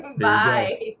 Bye